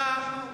אתה,